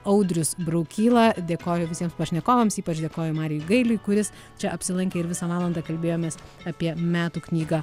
audrius braukyla dėkoju visiems pašnekovams ypač dėkoju marijui gailiui kuris čia apsilankė ir visą valandą kalbėjomės apie metų knygą